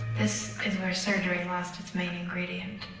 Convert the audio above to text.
this is where surgery lost its main ingredient